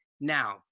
now